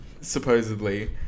supposedly